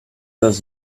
does